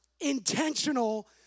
Intentional